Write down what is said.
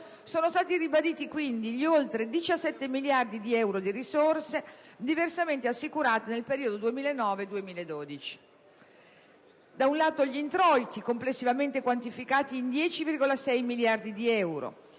sono stati ribaditi quindi gli oltre 17 miliardi di euro di risorse, diversamente assicurate nel periodo 2009-2012. Da un lato vi sono gli introiti, complessivamente quantificati in 10,6 miliardi di euro,